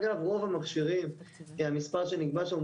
אגב רוב המכשירים המספר שנקבע שם הוא